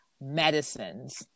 medicines